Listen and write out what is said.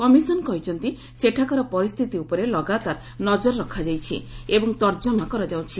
commission କହିଛନ୍ତି ସେଠାକାର ପରିସ୍ଥିତି ଉପରେ ଲଗାତାର ନଜର ରଖାଯାଇଛି ଏବଂ ତର୍ଜମା କରାଯାଉଛି